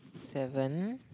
seven